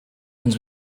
ends